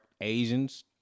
Asians